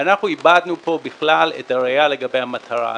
אנחנו איבדנו פה בכלל את הראייה לגבי המטרה הזאת.